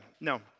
no